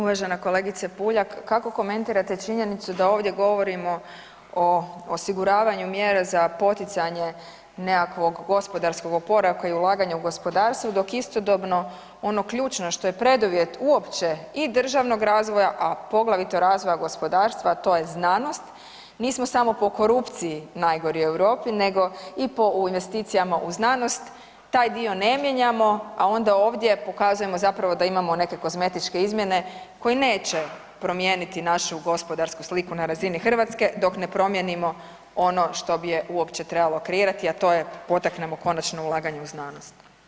Uvažena kolegice Puljak, kako komentirate činjenicu da ovdje govorimo o osiguravanju mjera za poticanje nekakvog gospodarskog oporavka i ulaganja u gospodarstvo dok istodobno ono ključno što je preduvjet uopće i državnog razvoja, a poglavito razvoja gospodarstva, a to je znanost, nismo samo po korupciji najgori u Europi, nego i po u investicijama u znanost, taj dio ne mijenjamo, a onda ovdje pokazujemo zapravo da imamo neke kozmetičke izmjene koje neće promijeniti našu gospodarsku sliku na razinu Hrvatske dok ne promijenimo ono što bi je uopće trebalo kreirati, a to je potaknemo konačne ulaganje u znanost.